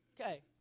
Okay